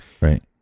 Right